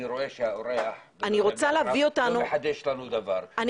אני רואה שהאורח לא מחדש לנו דבר,